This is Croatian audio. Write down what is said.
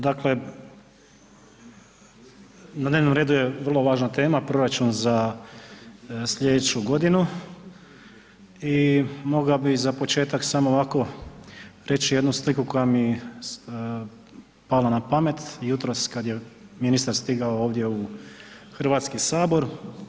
Dakle, na dnevnom redu je vrlo važna tema, proračun za sljedeću godinu i mogao bih za početak samo ovako reći jednu sliku koja mi pala na pamet jutros kada je ministar stigao ovdje u Hrvatski sabor.